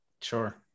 Sure